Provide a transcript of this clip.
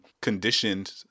conditioned